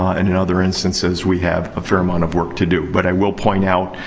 and, in other instances, we have a fair amount of work to do. but i will point out,